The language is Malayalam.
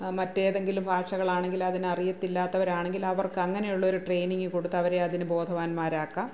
മറ്റേതെങ്കിലും ഭാഷകളാണെങ്കില് അതിന് അറിയത്തില്ലാത്തവരാണെങ്കിൽ അവർക്ക് അങ്ങനെയുള്ളൊരു ട്രെയിനിങ് കൊടുത്ത് അവരെ അതിന് ബോധവാന്മാരാക്കുക